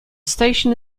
station